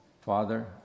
father